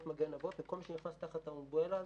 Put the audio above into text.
"מגן אבות ואימהות" וכל מי שנכנס תחת ה-Umbrella הזאת,